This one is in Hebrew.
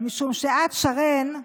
משום שאת, שרן,